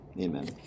Amen